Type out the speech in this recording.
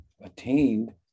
attained